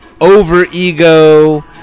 over-ego